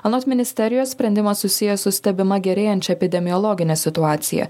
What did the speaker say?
anot ministerijos sprendimas susijęs su stebima gerėjančia epidemiologine situacija